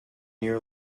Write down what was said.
year